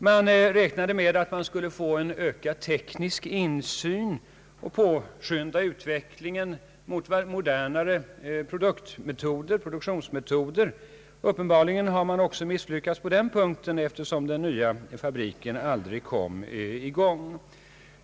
Man räknade med att man skulle få en ökad teknisk insyn och kunna påskynda utvecklingen mot modernare produktionsmetoder. Uppenbarligen har man misslyckats också på den punkten, eftersom den nya fabriken aldrig kom i gång.